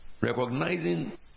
recognizing